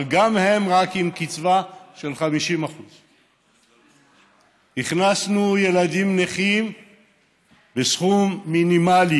אבל גם הם רק עם קצבה של 50%. הכנסנו ילדים נכים בסכום מינימלי,